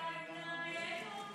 די דיינו.